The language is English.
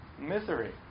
misery